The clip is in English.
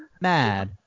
mad